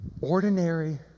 ordinary